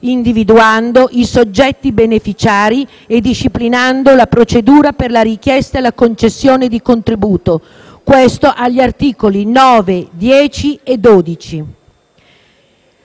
individuando i soggetti beneficiari e disciplinando la procedura per la richiesta e la concessione di contributo; questo agli articoli 9, 10 e 12.